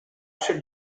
should